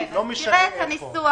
לא משנה איפה.